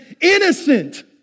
innocent